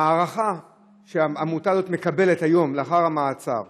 ההערכה שהעמותה הזאת מקבלת היום, לאחר המעצר,